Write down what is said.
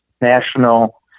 national